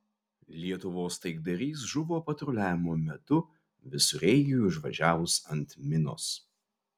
lietuvos taikdarys žuvo patruliavimo metu visureigiui užvažiavus ant minos